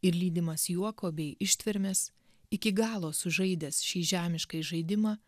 ir lydimas juoko bei ištvermės iki galo sužaidęs šį žemiškąjį žaidimą